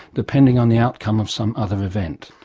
depending on the outcome of some other event.